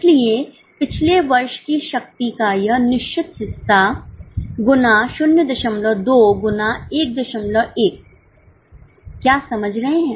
इसलिए पिछले वर्ष की शक्ति का यह निश्चित हिस्सा गुना 02 गुना 11 क्या समझ रहे हैं